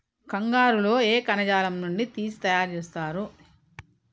కంగారు లో ఏ కణజాలం నుండి తీసి తయారు చేస్తారు?